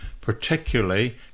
particularly